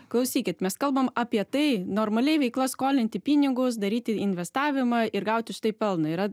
klausykit mes kalbam apie tai normaliai veikla skolinti pinigus daryti investavimą ir gaut už tai pelną yra